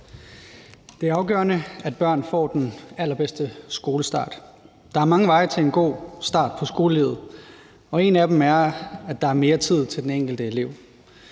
Det er afgørende, at børn får den allerbedste skolestart. Der er mange veje til en god start på skolelivet, og en af dem er, at der er mere tid til den enkelte elev,